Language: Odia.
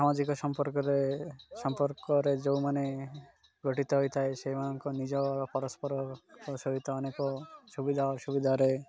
ସାମାଜିକ ସମ୍ପର୍କରେ ସମ୍ପର୍କରେ ଯେଉଁମାନେ ଗଠିତ ହୋଇଥାଏ ସେଇମାନଙ୍କ ନିଜ ପରସ୍ପର ସହିତ ଅନେକ ସୁବିଧା ଅସୁବିଧା ଠାରେ